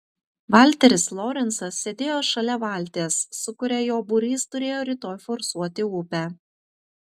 valteris lorencas sėdėjo šalia valties su kuria jo būrys turėjo rytoj forsuoti upę